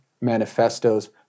manifestos